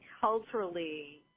culturally